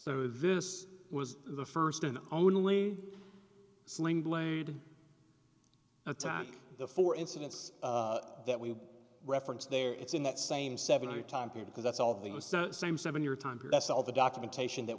so this was the first and only sling blade attack the four incidents that we referenced there it's in that same seven hundred time period because that's all the same seven year time p s l the documentation that